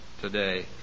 today